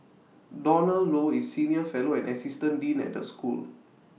Donald low is senior fellow and assistant dean at the school